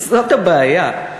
זאת הבעיה.